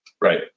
Right